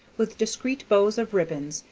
with discreet bows of ribbon,